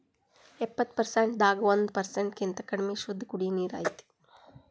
ಎಪ್ಪತ್ತು ಪರಸೆಂಟ್ ದಾಗ ಒಂದ ಪರಸೆಂಟ್ ಕಿಂತ ಕಡಮಿ ಶುದ್ದ ಕುಡಿಯು ನೇರ ಐತಿ